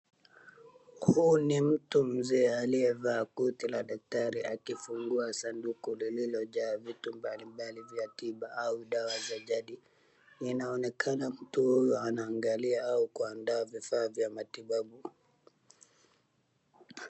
Huu ni mtu mzee aliyevaa koti la daktari akifungua sanduku lililojaa vitu mbalimbali vya tiba au dawa za jadi. Inaonekana mtu huyu anaangalia au kuandaa vifaa vya matibabu.